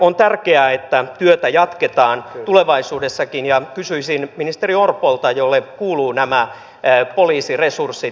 on tärkeää että työtä jatketaan tulevaisuudessakin ja kysyisin ministeri orpolta jolle kuuluvat nämä poliisiresurssit